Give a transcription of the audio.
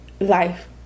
life